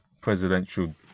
presidential